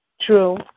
True